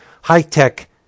high-tech